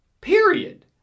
Period